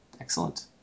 excellent